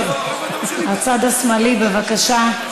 הצד השמאלי, בבקשה.